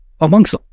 amongst